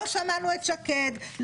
לא שמענו את שקד,